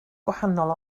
gwahanol